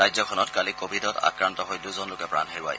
ৰাজ্যখনত কালি কোভিডত আক্ৰান্ত হৈ দুজন লোকে প্ৰাণ হেৰুৱায়